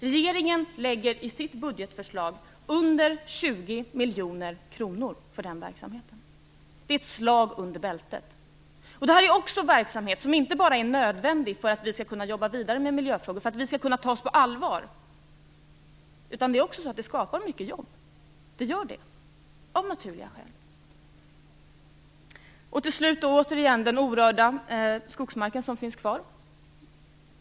Regeringen lägger i sitt budgetförslag under 20 miljoner kronor på den verksamheten. Det är ett slag under bältet. Det är verksamhet som är nödvändig för att vi skall kunna jobba vidare med miljöfrågor och tas på allvar. Den skapar av naturligt skäl också många jobb. Till slut vill jag återigen ta upp den orörda skogsmark som finns kvar.